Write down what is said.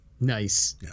Nice